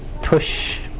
push